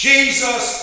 Jesus